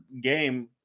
game